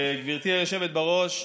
גברתי היושבת-ראש,